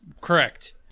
Correct